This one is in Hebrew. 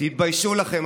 תתביישו לכם,